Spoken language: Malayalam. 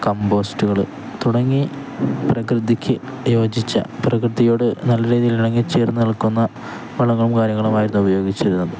കമ്പോസ്റ്റുകള് തുടങ്ങി പ്രകൃതിക്കു യോജിച്ച പ്രകൃതിയോടു നല്ല രീതിയിൽ ഇണങ്ങിച്ചേര്ന്നു നിൽക്കുന്ന വളങ്ങളും കാര്യങ്ങളുമായിരുന്നു ഉപയോഗിച്ചിരുന്നത്